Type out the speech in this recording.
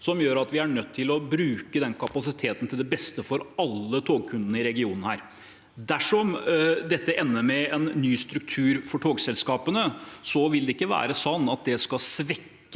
som gjør at vi er nødt til å bruke den kapasiteten til beste for alle togkundene i regionen her. Dersom dette ender med en ny struktur for togselskapene, vil det ikke være sånn at det skal svekke